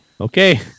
Okay